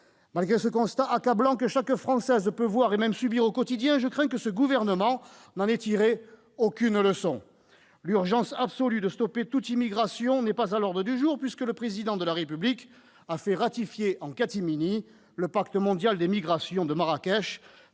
De ce constat accablant que chaque Française peut voir et même subir au quotidien, je crains que ce gouvernement n'ait tiré aucune leçon. L'urgence absolue de stopper toute immigration n'est pas à l'ordre du jour, puisque le Président de la République a fait ratifier, en catimini, le pacte mondial sur les migrations de Marrakech,